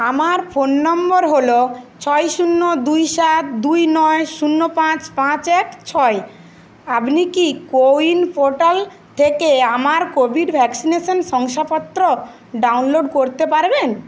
আমার ফোন নম্বর হল ছয় শূন্য দুই সাত দুই নয় শূন্য পাঁচ পাঁচ এক ছয় আপনি কি কো উইন পোর্টাল থেকে আমার কোভিড ভ্যাকসিনেশন শংসাপত্র ডাউনলোড করতে পারবেন